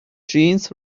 jeans